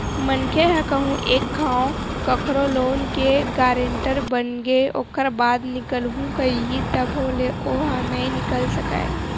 मनखे ह कहूँ एक घांव कखरो लोन के गारेंटर बनगे ओखर बाद निकलहूँ कइही तभो ले ओहा नइ निकल सकय